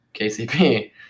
KCP